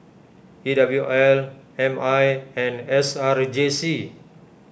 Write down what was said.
E W L M I and S R J C